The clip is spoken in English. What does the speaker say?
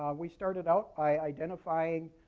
um we started out by identifying